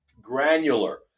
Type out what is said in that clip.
granular